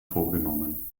vorgenommen